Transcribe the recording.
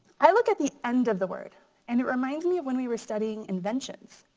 i like at the end of the word and it reminds me of when we were studying inventions.